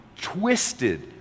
twisted